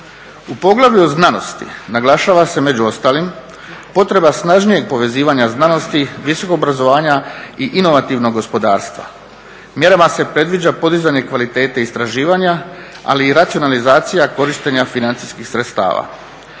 U poglavlju o znanosti naglašava se među ostalim potreba snažnijeg povezivanja znanosti, visokog obrazovanja i inovativnog gospodarstva. Mjerama se predviđa podizanje kvalitete istraživanja, ali i racionalizacija korištenja financijskih sredstava.